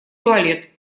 туалет